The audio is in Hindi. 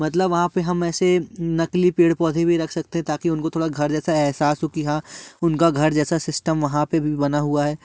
मतलब वहाँ पे हम ऐसे नकली पेड़ पौधे भी रख सकते ताकि उनको थोड़ा घर जैसा एहसास की हाँ उनका घर जैसा सिस्टम वहाँ पर भी बना हुआ है